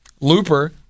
looper